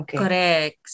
correct